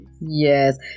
Yes